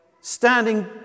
standing